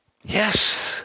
Yes